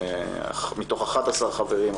מתוך 11 חברים,